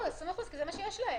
20% כי זה מה שיש להם.